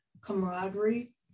camaraderie